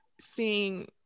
seeing